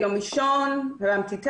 יום ראשון הרמתי טלפון,